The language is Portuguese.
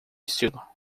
estilo